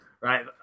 right